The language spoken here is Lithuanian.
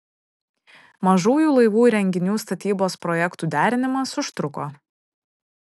mažųjų laivų įrenginių statybos projektų derinimas užtruko